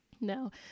No